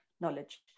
knowledge